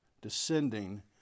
descending